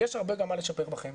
יש הרבה גם מה לשפר בחמ"ד,